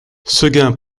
séguin